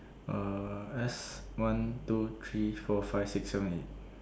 uh S one two three four five six seven eight